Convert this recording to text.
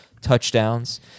touchdowns